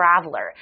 traveler